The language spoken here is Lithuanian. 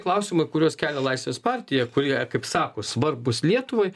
klausimai kuriuos kelia laisvės partija kurie kaip sako svarbūs lietuvai